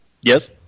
Yes